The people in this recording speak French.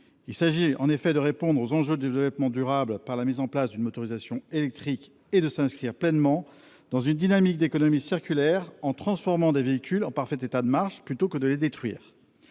Il s'agit en effet de répondre aux enjeux de développement durable par la mise en place d'une motorisation électrique et de s'inscrire pleinement dans une dynamique d'économie circulaire en transformant des véhicules en parfait état de marche plutôt que de les détruire.